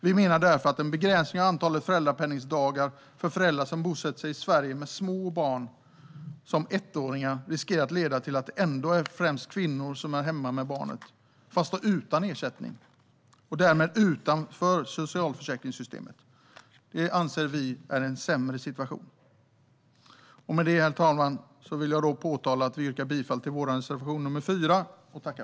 Vi menar därför att en begränsning av antalet föräldrapenningdagar för föräldrar som bosätter sig i Sverige med så små barn som ettåringar riskerar att leda till att det ändå är främst kvinnor som är hemma med barnen, men då utan ersättning och därmed utanför socialförsäkringssystemet. Det anser vi är en sämre situation. Herr talman! Jag yrkar bifall till vår reservation 4.